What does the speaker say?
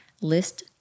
list